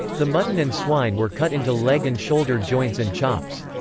the mutton and swine were cut into leg and shoulder joints and chops.